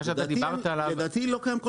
מה שאתה דיברת עליו --- לדעתי לא קיים כל